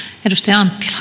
arvoisa